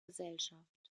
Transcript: gesellschaft